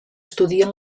estudien